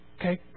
okay